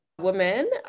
women